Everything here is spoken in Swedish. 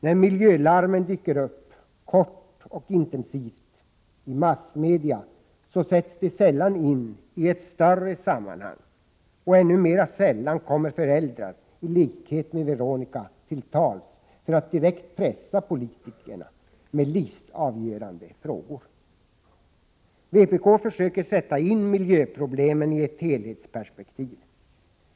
När miljölarmen dyker upp, kort och intensivt i massmedia, så sätts de sällan in i ett större sammanhang. Och ännu mera sällan kommer föräldrar i likhet med Veronica Wikholm till tals för att direkt pressa politikerna med livsavgörande frågor. Vpk försöker sätta in miljöproblemen i ett helhetsperspektiv.